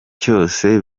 cyose